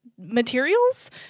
Materials